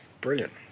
Brilliant